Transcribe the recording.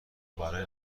برای